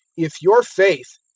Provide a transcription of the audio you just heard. if your faith,